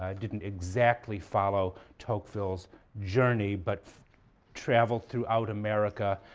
ah didn't exactly follow tocqueville's journey but traveled throughout america,